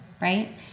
Right